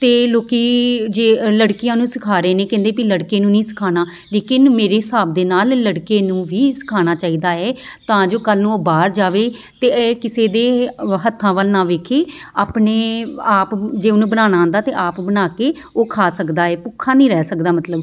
ਅਤੇ ਲੋਕ ਜੇ ਅ ਲੜਕੀਆਂ ਨੂੰ ਸਿਖਾ ਰਹੇ ਨੇ ਕਹਿੰਦੇ ਵੀ ਲੜਕੇ ਨੂੰ ਨਹੀਂ ਸਿਖਾਉਣਾ ਲੇਕਿਨ ਮੇਰੇ ਹਿਸਾਬ ਦੇ ਨਾਲ ਲੜਕੇ ਨੂੰ ਵੀ ਸਿਖਾਉਣਾ ਚਾਹੀਦਾ ਹੈ ਤਾਂ ਜੋ ਕੱਲ੍ਹ ਨੂੰ ਉਹ ਬਾਹਰ ਜਾਵੇ ਤਾਂ ਕਿਸੇ ਦੇ ਵ ਹੱਥਾਂ ਵੱਲ ਨਾ ਵੇਖੇ ਆਪਣੇ ਆਪ ਜੇ ਉਹਨੂੰ ਬਣਾਉਣਾ ਹੁੰਦਾ ਤਾਂ ਆਪ ਬਣਾ ਕੇ ਉਹ ਖਾ ਸਕਦਾ ਹੈ ਭੁੱਖਾ ਨਹੀਂ ਰਹਿ ਸਕਦਾ ਮਤਲਬ